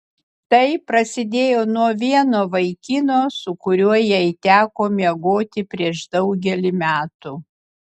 tai prasidėjo nuo vieno vaikino su kuriuo jai teko miegoti prieš daugelį metų